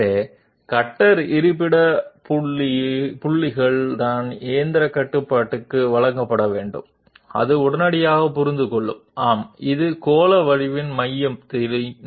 కాబట్టి cutter location పాయింట్లు machine కంట్రోల్కి ఇవ్వాల్సినవి ఇది వెంటనే అర్థం అవుతుంది అవును దీనిని మేము స్పెరికల్ ఎండ్ మధ్యలోకి తీసుకురావాలి